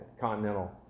continental